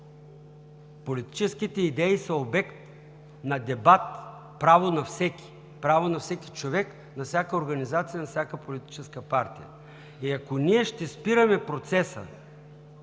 Политическите идеи са обект на дебат – право на всеки, право на всеки човек, на всяка организация, на всяка политическа партия. И ако ние ще спираме процеса,